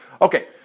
Okay